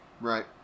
Right